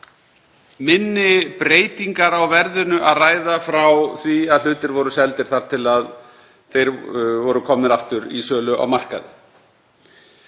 minni breytingar á verðinu að ræða frá því að hlutir voru seldir þar til að þeir voru komnir aftur í sölu á markaði.